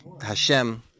Hashem